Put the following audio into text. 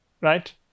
right